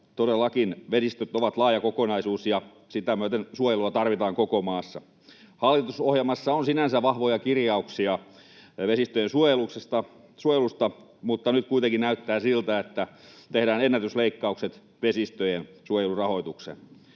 todellakin vesistöt ovat laaja kokonaisuus, ja sitä myöten suojelua tarvitaan koko maassa. Hallitusohjelmassa on sinänsä vahvoja kirjauksia vesistöjen suojelusta, mutta nyt kuitenkin näyttää siltä, että tehdään ennätysleikkaukset vesistöjen suojelun rahoitukseen.